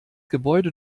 gebäude